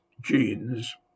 genes